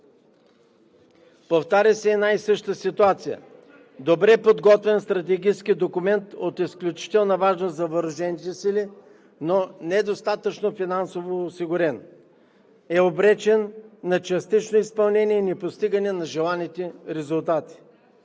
Повтаря се една и съща ситуация – добре подготвен стратегически документ от изключителна важност за въоръжените сили, но недостатъчно финансово осигурен и обречен на частично изпълнение и непостигане на желаните резултати.